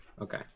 Okay